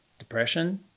Depression